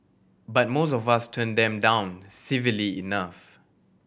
but most of us turn them down civilly enough